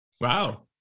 Wow